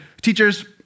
teachers